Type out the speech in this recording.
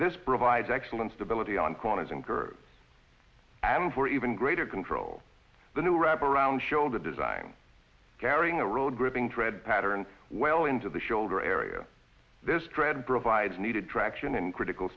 this provides excellent stability on corners and groups and for even greater control the new wrap around shoulder design carrying a road gripping tread pattern well into the shoulder area this tread provides needed traction in critical